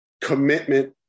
commitment